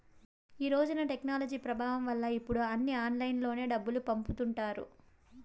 ఈ రోజున టెక్నాలజీ ప్రభావం వల్ల ఇప్పుడు అన్నీ ఆన్లైన్లోనే డబ్బులు పంపుతుంటారు